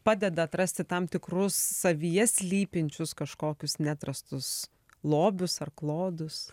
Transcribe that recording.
padeda atrasti tam tikrus savyje slypinčius kažkokius neatrastus lobius ar klodus